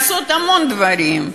לעשות המון דברים: